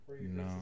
No